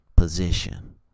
Position